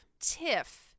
tiff